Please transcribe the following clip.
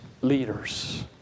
leaders